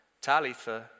Talitha